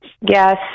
Yes